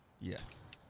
Yes